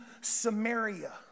Samaria